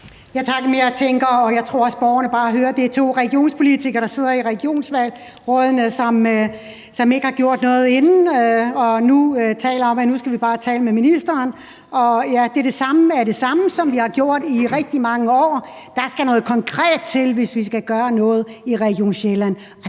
jeg tænker, og jeg tror også, borgerne bare hører, at det er to regionspolitikere, der sidder i regionsrådene, som ikke har gjort noget inden og nu taler om, at vi bare skal tale med ministeren. Det er det samme, som vi har gjort i rigtig mange år. Der skal noget konkret til det, hvis vi skal gøre noget i Region Sjælland.